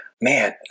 Man